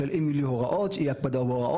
של אי מילוי הוראות, אי הקפדה על הוראות.